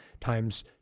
times